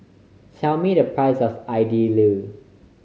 tell me the price of Idili